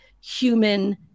human